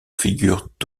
figurent